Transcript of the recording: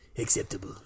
acceptable